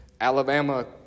Alabama